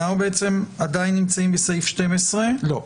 אז עדיין אנחנו נמצאים בסעיף 12. לא.